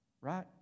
right